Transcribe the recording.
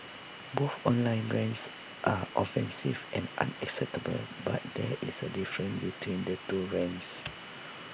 both online rants are offensive and unacceptable but there is A difference between the two rants